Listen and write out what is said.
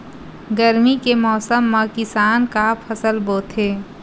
गरमी के मौसम मा किसान का फसल बोथे?